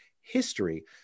history